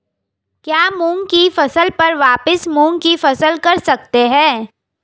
क्या मूंग की फसल पर वापिस मूंग की फसल कर सकते हैं?